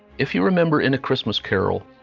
if you remember in a christmas carol,